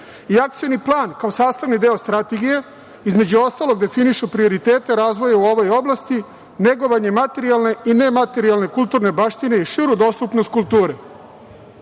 i Akcioni plan kao sastavni deo Strategije, između ostalog, definišu prioritete razvoja u ovoj oblasti, negovanje materijalne i nematerijalne kulturne baštine i širu dostupnost kulture. Kada